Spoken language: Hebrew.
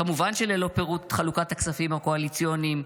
כמובן שללא פירוט חלוקת הכספים הקואליציוניים,